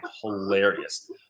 Hilarious